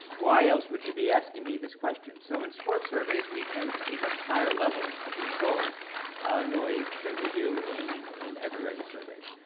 why else would you be asking me this question? so in squirt surveys, we tend to see much higher levels of control noise than we do in in eveready surveys.